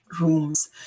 rooms